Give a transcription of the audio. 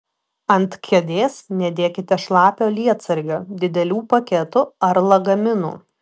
ant kėdės nedėkite šlapio lietsargio didelių paketų ar lagaminų